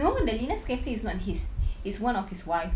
no the lina's cafe is not his it's one of his wives